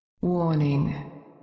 Warning